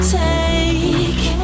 take